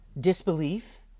disbelief